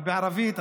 אבל בערבית,